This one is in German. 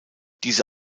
diese